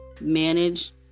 manage